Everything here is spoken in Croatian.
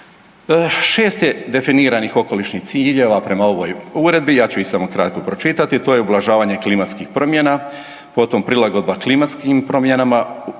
Šest je definiranih okolišnih ciljeva prema ovoj uredbi, ja ću ih samo kratko pročitati, to je ublažavanje klimatskih promjena, potom prilagodbama klimatskim promjenama,